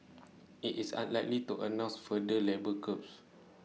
IT is unlikely to announce further labour curbs